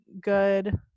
good